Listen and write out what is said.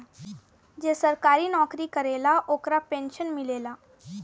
जे सरकारी नौकरी करेला ओकरा पेंशन मिलेला